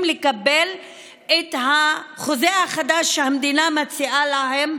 לקבל את החוזה החדש שהמדינה מציעה להם.